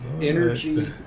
Energy